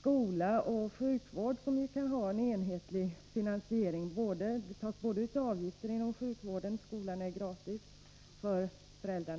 skola och sjukvård, som ju har enhetlig finansiering. Det tas ut en enhetlig avgift inom sjukvården, och skolan är gratis — för föräldrarna.